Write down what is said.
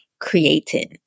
creating